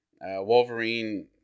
Wolverine